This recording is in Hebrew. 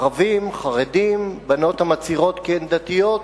ערבים, חרדים, בנות המצהירות כי הן דתיות,